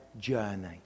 journey